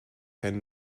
kein